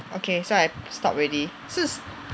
okay so I stop already 是 okay